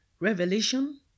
Revelation